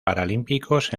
paralímpicos